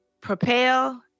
propel